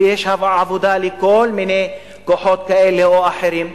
ויש עבודה לכל מיני כוחות כאלה או אחרים.